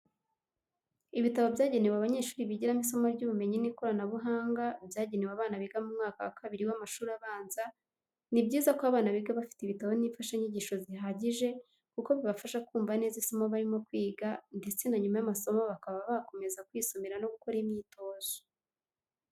Ibitabo byanegewe abanyeshuri bigiramo isomo ry'ubumenyi n'ikoranabuhanga, byagenewe abana biga mu mwaka wa kabiri w'amashuri abanza, ni byiza ko abana biga bafite ibitabo n'imfashanyigisho zihagije kuko bibafasha kumva neza isomo barimo kwiga, ndetse na nyuma y'amasomo bakaba bakomeza kwisomera no gukora imyitozo.